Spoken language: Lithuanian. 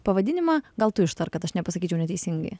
pavadinimą gal tu ištark kad aš nepasakyčiau neteisingai